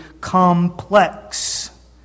complex